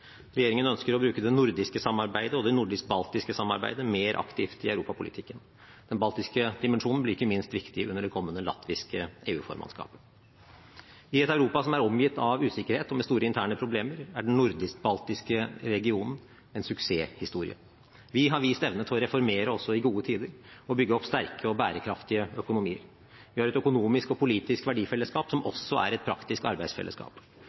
Regjeringen ønsker å bruke det nordiske samarbeidet og det nordisk-baltiske samarbeidet mer aktivt i europapolitikken. Den baltiske dimensjonen blir ikke minst viktig under det kommende latviske EU-formannskapet. I et Europa som er omgitt av usikkerhet og med store interne problemer, er den nordisk-baltiske regionen en suksesshistorie. Vi har vist evne til å reformere også i gode tider og bygge opp sterke og bærekraftige økonomier. Vi har et økonomisk og politisk verdifellesskap som også er et praktisk arbeidsfellesskap.